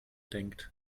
denkt